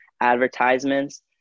advertisements